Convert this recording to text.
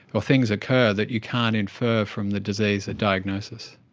or things occur that you can't infer from the disease at diagnosis.